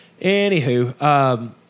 Anywho